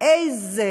איזה